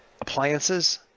appliances